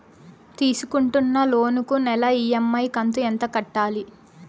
తీసుకుంటున్న లోను కు నెల ఇ.ఎం.ఐ కంతు ఎంత కట్టాలి?